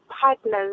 partners